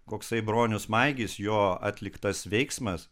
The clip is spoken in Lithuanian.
koksai bronius maigys jo atliktas veiksmas